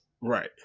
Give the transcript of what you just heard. right